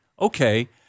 okay